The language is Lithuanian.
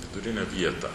vidurinę vietą